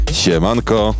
siemanko